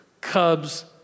Cubs